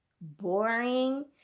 boring